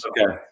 Okay